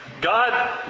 God